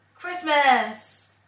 Christmas